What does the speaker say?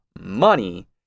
money